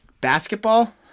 Basketball